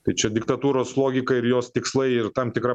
kad čia diktatūros logika ir jos tikslai ir tam tikra